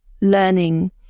learning